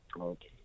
Okay